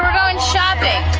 um going shopping!